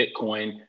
Bitcoin